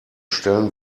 stellen